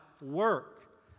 work